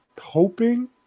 hoping